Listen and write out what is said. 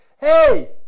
hey